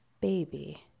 baby